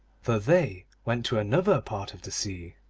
for they went to another part of the sea.